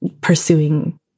pursuing